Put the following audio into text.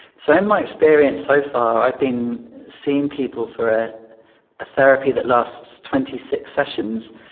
so in my experience so far i've been seeing people for a therapy that lasts twenty six sessions.